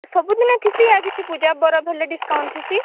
ସବୁଦିନ ଥିସି ଆଉ କିଛି ପୂଜାପର୍ବ ହେଲେ ଡିସକାଉଣ୍ଟ ଥିସି